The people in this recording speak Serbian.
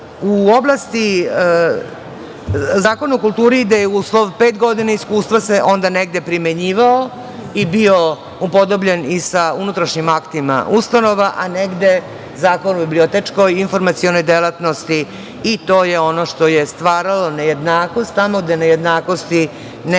Republika. Zakon o kulturi gde je uslov pet godina iskustva se onda negde primenjivao i bio upodobljen i sa unutrašnjim aktima ustanova, a negde Zakon o bibliotečko- informacionoj delatnosti i to je ono što je stvaralo nejednakost, a tamo gde nejednakosti ne